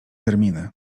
terminy